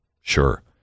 Sure